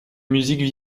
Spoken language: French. musiques